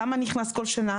כמה נכנס כל שנה,